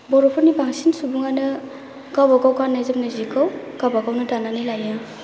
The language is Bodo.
बर'फोरनि बांसिन सुबुंआनो गावबा गाव गाननाय जोमनाय जिखौ गावबा गावनो दानानै लायो